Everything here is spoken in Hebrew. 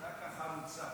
רק החרוצה